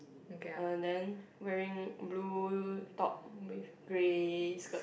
uh then wearing blue top with grey skirt